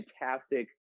fantastic